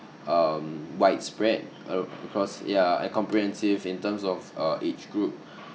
um widespread ac~ across yeah and comprehensive in terms of uh age group